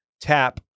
tap